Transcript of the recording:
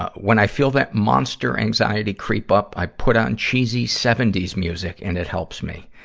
when i feel that monster anxiety creep up, i put on cheesy seventy s music and it helps me.